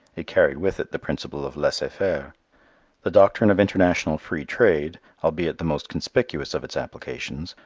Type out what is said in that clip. it carried with it the principle of laissez-faire. the doctrine of international free trade, albeit the most conspicuous of its applications,